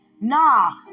Nah